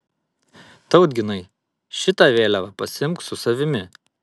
tautginai šitą vėliavą pasiimk su savimi